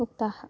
उक्ताः